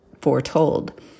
foretold